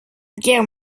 guerre